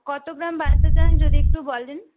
কত গ্রাম বানাতে চান যদি একটু বলেন